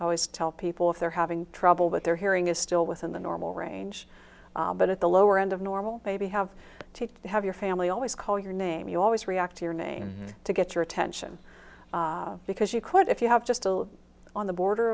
i always tell people if they're having trouble but their hearing is still within the normal range but at the lower end of normal maybe have to have your family always call your name you always react to your name to get your attention because you could if you have just a little on the border